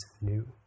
new